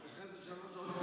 יש לך איזה שלוש שעות לדבר.